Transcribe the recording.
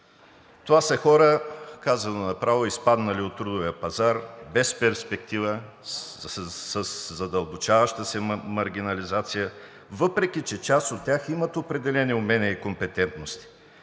Това са хора, казано направо, изпаднали от трудовия пазар и без перспектива, със задълбочаваща се маргинализация, въпреки че част от тях имат определени умения и компетентности.